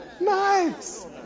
nice